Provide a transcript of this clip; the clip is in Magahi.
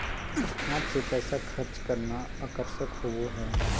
हाथ से पैसा खर्च करना आकर्षक होबो हइ